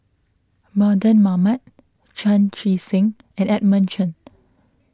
Mardan Mamat Chan Chee Seng and Edmund Chen